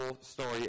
story